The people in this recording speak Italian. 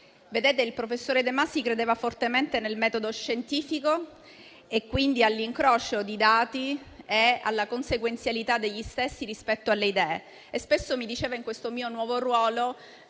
ed altri. Il professor De Masi credeva fortemente nel metodo scientifico e quindi all'incrocio dei dati e alla consequenzialità degli stessi rispetto alle idee e spesso mi diceva che in questo suo nuovo ruolo